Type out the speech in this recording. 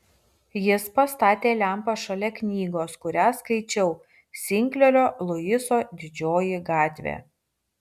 jis pastatė lempą šalia knygos kurią skaičiau sinklerio luiso didžioji gatvė